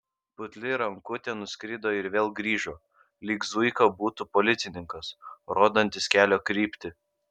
putli rankutė nuskrido ir vėl grįžo lyg zuika būtų policininkas rodantis kelio kryptį